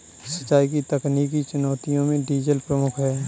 सिंचाई की तकनीकी चुनौतियों में डीजल प्रमुख है